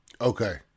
Okay